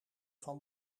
van